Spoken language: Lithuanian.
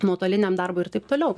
nuotoliniam darbui ir taip toliau